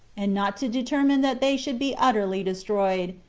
and not to determine that they should be utterly destroyed,